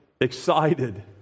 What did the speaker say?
excited